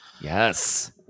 Yes